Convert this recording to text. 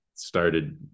started